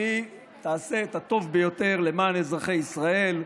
שתעשה את הטוב ביותר למען אזרחי ישראל,